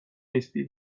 نیستی